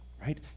right